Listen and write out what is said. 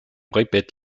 répète